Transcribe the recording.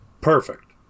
Perfect